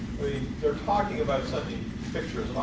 they're talking about something pictures